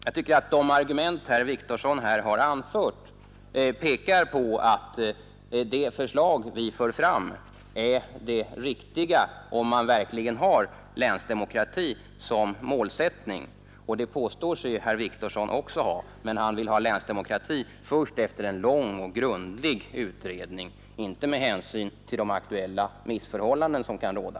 Jag tycker att de argument herr Wictorsson här har anfört pekar på att det förslag vi för fram är det riktiga, om man verkligen har länsdemokrati som målsättning. Herr Wictorsson påstår sig ha denna målsättning, men han vill ha länsdemokrati först efter en lång och grundlig utredning, inte med hänsyn till de aktuella missförhållanden som kan råda.